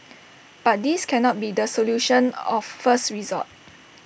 but this cannot be the solution of first resort